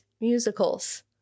musicals